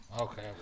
Okay